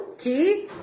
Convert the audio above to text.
key